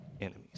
enemies